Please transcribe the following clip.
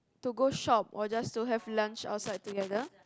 to go shop or just to have lunch outside together